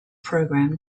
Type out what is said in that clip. programme